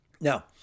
Now